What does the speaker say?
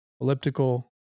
elliptical